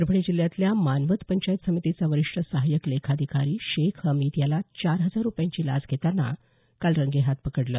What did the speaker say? परभणी जिल्ह्यातल्या मानवत पंचायत समितीचा वरिष्ठ सहाय्यक लेखाधिकारी शेख हमीद यास चार हजार रुपयांची लाच घेतांना काल रंगेहाथ पकडलं